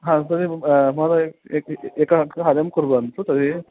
हा तदेव महोदय ए एककार्यं कुर्वन्तु तर्हि